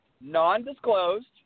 non-disclosed